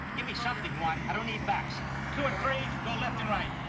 give me something, one i don't need backs two and three, go left and right.